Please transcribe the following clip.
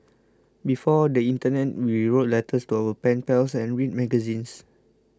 before the internet we wrote letters to our pen pals and read magazines